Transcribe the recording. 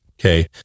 okay